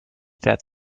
that